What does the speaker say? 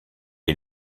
est